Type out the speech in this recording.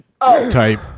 type